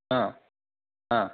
हा हा